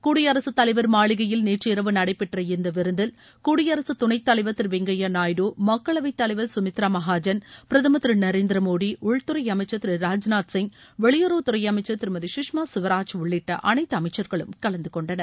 குடியரசுத் தலைவர் மாளிகையில் நேற்று இரவு நடைபெற்ற இந்த விருந்தில் குடியரசுத் துணைத் தலைவர் திரு வெங்கையா நாயுடு மக்களவைத் தலைவர் சுமித்ரா மகாஜன் பிரதமர் திரு நரேந்திர மோடி உள்துறை அமைச்சர் திரு ராஜ்நாத் சிங் வெளியுறவுத்துறை அமைச்சர் திருமதி சுஷ்மா ஸ்வராஜ் உள்ளிட்ட அனைத்து அமைச்சர்களும் கலந்து கொண்டனர்